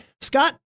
Scott